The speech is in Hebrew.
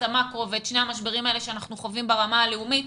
המקרו ואת שני המשברים האלה שאנחנו חווים ברמה הלאומית,